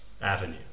avenue